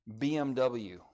BMW